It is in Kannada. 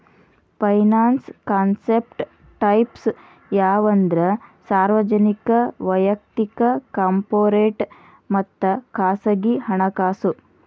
ಫೈನಾನ್ಸ್ ಕಾನ್ಸೆಪ್ಟ್ ಟೈಪ್ಸ್ ಯಾವಂದ್ರ ಸಾರ್ವಜನಿಕ ವಯಕ್ತಿಕ ಕಾರ್ಪೊರೇಟ್ ಮತ್ತ ಖಾಸಗಿ ಹಣಕಾಸು